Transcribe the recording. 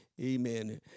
amen